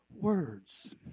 words